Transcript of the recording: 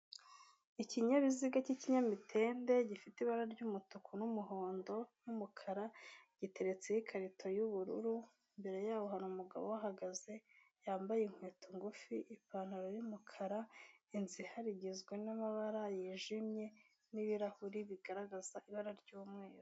Ikinyabiziga cy'ikinyamitende gifite ibara ry'umutuku n'umuhondo n'umukara giteretseho ikarito y'ubururu, imbere yaho hari umugabo uhagaze yambaye inkweto ngufi, ipantaro y'umukara, inzu ihari igizwe n'amabara yijimye n'ibirahuri bigaragaza ibara ry'umweru.